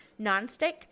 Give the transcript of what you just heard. nonstick